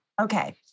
Okay